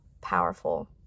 powerful